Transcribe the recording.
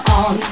on